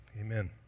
Amen